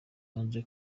hanze